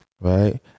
Right